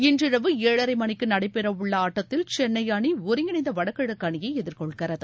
இன்றிரவு ஏழரை மணிக்கு நடைபெற உள்ள ஆட்டத்தில் சென்னை அணி ஒருங்கிணைந்த வடகிழக்கு அணியை எதிர்கொள்கிறது